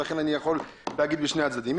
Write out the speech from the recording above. ולכן אני יכול להגיב לשני הצדדים.